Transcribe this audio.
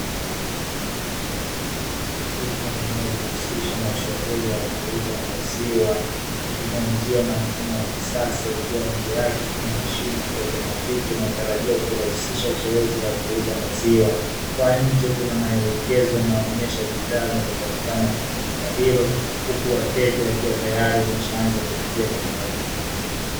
Duka linalojihusisha na shughuli ya kuuza maziwa, kwa kutumia njia na mfumo wa kisasa, ikiwa njia yake ya mashine ya kiautomatiki inayotarajiwa kurahisisha zoezi la kuuza maziwa. Kwa nje kuna maelekezo yayoonyesha bidhaa zinazopatikana katika duka hilo, huku wateja wakiwa tayari wameshaanza kuingia katika duka.